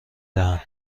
دهند